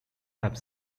have